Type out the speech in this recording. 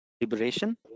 Liberation